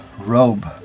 robe